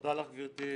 תודה לך, גברתי,